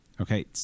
okay